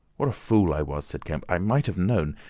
what a fool i was, said kemp. i might have known.